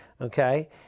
Okay